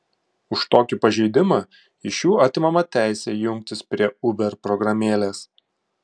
už tokį pažeidimą iš jų atimama teisė jungtis prie uber programėlės